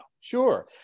sure